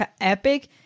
Epic